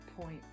point